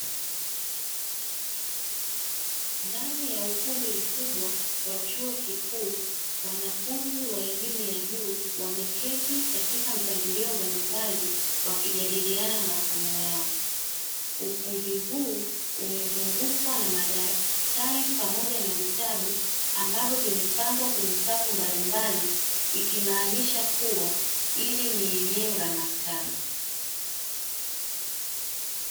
Ndani ya ukumbi mkubwa wa chuo kikuu, wanafunzi wa elimu ya juu wamekaa katika mipangilio mbalimbali wakijadiliana masomo yao. Ukumbi huu umezungukwa na madaftari pamoja na vitabu ambavyo vimepangwa kwenye safu mbalimbali, ikimaanisha kuwa hili ni eneo la maktaba.